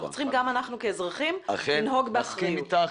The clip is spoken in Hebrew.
גם אנחנו, כאזרחים, צריכים לנהוג באחריות.